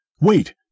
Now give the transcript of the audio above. Wait